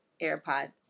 airpods